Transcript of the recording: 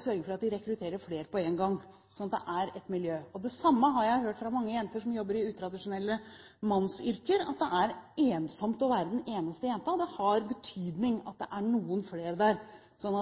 sørge for at de rekrutterer flere på en gang, sånn at det er et miljø. Det samme har jeg hørt fra mange jenter som jobber i utradisjonelle, mannsyrker – at det er ensomt å være den eneste jenta, og at det har betydning at det er noen flere der, sånn